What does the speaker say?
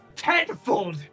Tenfold